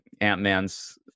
ant-man's